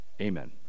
Amen